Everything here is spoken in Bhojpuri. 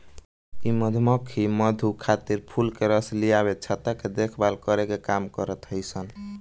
इ मधुमक्खी मधु खातिर फूल के रस लियावे, छत्ता के देखभाल करे के काम करत हई सन